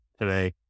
today